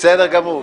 בסדר גמור.